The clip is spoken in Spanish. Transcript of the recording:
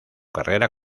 carrera